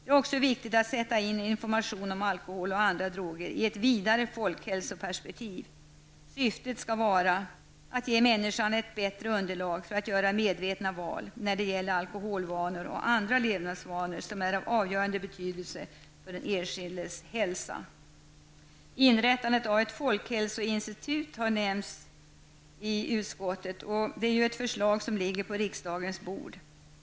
Det är också viktigt att sätta in informationen om alkohol och andra droger i ett vidare folkhälsoperspektiv. Syftet skall vara att ge människan ett bättre underlag för att göra medvetna val, när det gäller alkoholvanor och andra levnadsvanor som är av avgörande betydelse för den enskildes hälsa. Inrättandet av ett folkhälsoinstitut har nämnts i utskottet. Det är ett förslag som ligger på riksdagens bord.